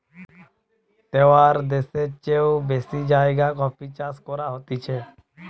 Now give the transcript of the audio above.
তেয়াত্তর দ্যাশের চেও বেশি জাগায় কফি চাষ করা হতিছে